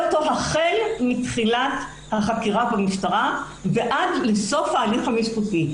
אותו החל מתחילת החקירה במשטרה ועד לסוף ההליך המשפטי.